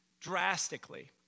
drastically